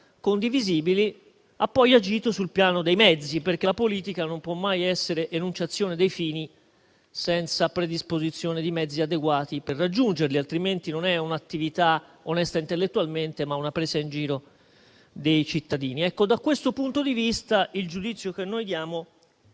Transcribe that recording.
condivisibili, ha poi agito sul piano dei mezzi, perché la politica non può mai essere enunciazione di fini senza predisposizione di mezzi adeguati per raggiungerli, altrimenti non è un'attività onesta intellettualmente, ma una presa in giro dei cittadini. Da questo punto di vista, il giudizio che diamo